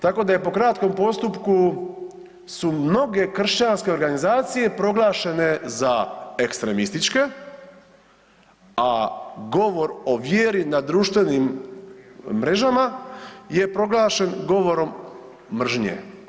Tako da je po kratkom postupku su mnoge kršćanske organizacije proglašene za ekstremističke, a govor o vjeri na društvenim mrežama je proglašen je proglašen govorom mržnje.